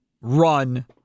run